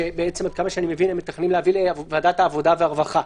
שעד כמה שאני מבין הם מתכננים להביא לוועדת העבודה והרווחה.